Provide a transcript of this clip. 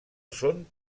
són